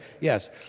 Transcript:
yes